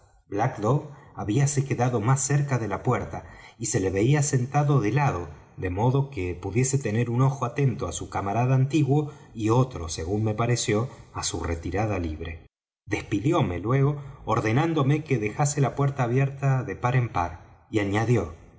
black dog habíase quedado más cerca de la puerta y se le veía sentado de lado de modo que pudiese tener un ojo atento á su camarada antiguo y otro según me pareció á su retirada libre despidióme luego ordenándome que dejase la puerta abierta de par en par y añadió